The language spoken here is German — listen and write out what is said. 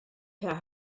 per